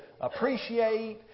appreciate